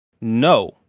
no